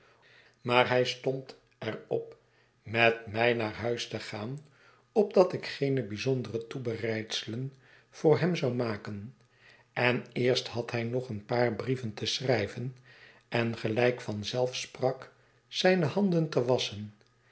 maar hij stond er op met mij naar huis te gaan opdat ik geene bijzondere toebereidselen voor hem zou maken en eerst had hij nog een paar brieven te schrijven en gelijk van zelf sprak zijne handen te wasschen